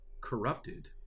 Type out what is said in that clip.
corrupted